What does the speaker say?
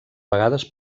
vegades